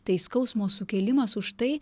tai skausmo sukėlimas už tai